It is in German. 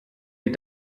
die